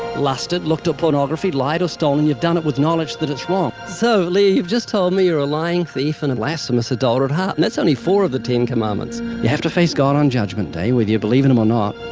lusted, looked at pornography, lied, or stolen, you've done it with knowledge that it's wrong. so, leigh, you've just told me you're a lying thief and a blasphemous adulterer at heart, and that's only four of the ten commandments. you have to face god on judgment day, whether you believe in him or not.